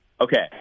Okay